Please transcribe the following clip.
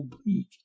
oblique